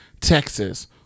Texas